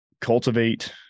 cultivate